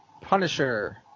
Punisher